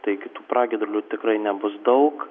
taigi tų pragiedrulių tikrai nebus daug